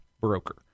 broker